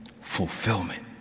Fulfillment